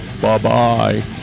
Bye-bye